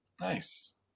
Nice